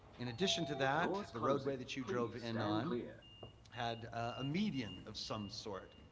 in addition to that, the roadway that you drove in on had a median of some sort,